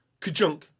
Kajunk